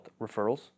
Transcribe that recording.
referrals